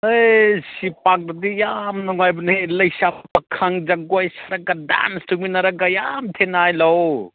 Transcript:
ꯑꯩꯁ ꯁꯤ ꯄꯥꯔꯛꯇꯗꯤ ꯌꯥꯝ ꯅꯨꯡꯉꯥꯏꯕꯅꯦ ꯂꯩꯁꯥꯕꯤ ꯄꯥꯈꯪ ꯖꯒꯣꯏ ꯁꯥꯔꯒ ꯗꯥꯟꯁ ꯇꯧꯃꯤꯟꯅꯔꯒ ꯌꯥꯝ ꯊꯤꯅ ꯂꯥꯎꯑꯣ